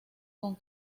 con